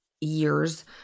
years